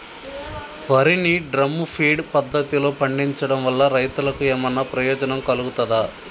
వరి ని drum feed పద్ధతిలో పండించడం వల్ల రైతులకు ఏమన్నా ప్రయోజనం కలుగుతదా?